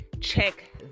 Check